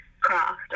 craft